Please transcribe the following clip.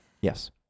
Yes